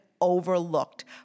overlooked